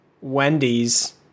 Wendy's